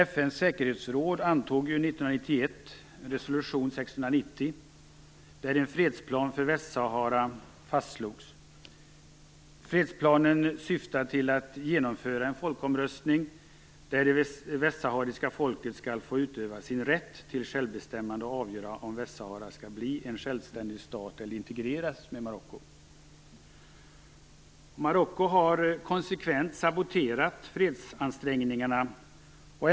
FN:s säkerhetsråd antog 1991 en resolution, 690, där en fredsplan för Västsahara fastslogs. Fredsplanen syftar till att en folkomröstning skall genomföras, där det västsahariska folket skall få utöva sin rätt till självbestämmande och få avgöra om Västsahara skall bli en självständig stat eller integreras med Marocko. Marocko har konsekvent saboterat fredsansträngningarna.